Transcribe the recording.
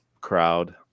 crowd